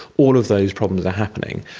all of those problems are happening,